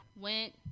went